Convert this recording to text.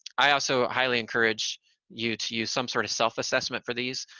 i also highly encourage you to use some sort of self-assessment for these,